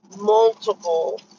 multiple